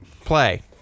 Play